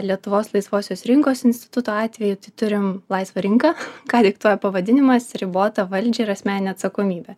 lietuvos laisvosios rinkos instituto atveju tai turim laisvą rinką ką diktuoja pavadinimas ribotą valdžią ir asmeninę atsakomybę